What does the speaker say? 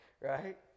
right